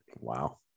wow